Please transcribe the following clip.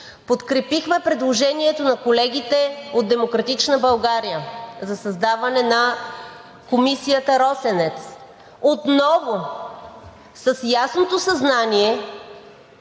Подкрепихме предложението на колегите от „Демократична България“ за създаване на Комисията „Росенец“ отново с ясното съзнание,